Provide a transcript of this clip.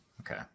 okay